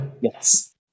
Yes